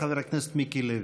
חבר הכנסת מיקי לוי.